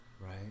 Right